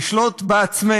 יום אחד לשלוט בעצמנו.